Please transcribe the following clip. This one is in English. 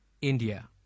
India